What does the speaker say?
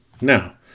Now